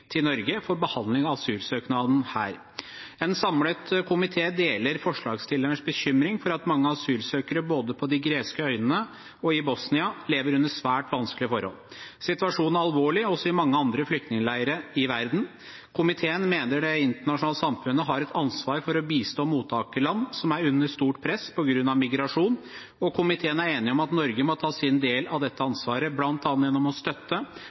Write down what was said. til Norge for behandling av asylsøknaden her.» En samlet komité deler forslagsstillernes bekymring for at mange asylsøkere både på de greske øyene og i Bosnia lever under svært vanskelige forhold. Situasjonen er alvorlig også i mange andre flyktningleirer i verden. Komiteen mener det internasjonale samfunnet har et ansvar for å bistå mottakerland som er under stort press på grunn av migrasjon, og komiteen er enige om at Norge må ta sin del av dette ansvaret, bl.a. gjennom å støtte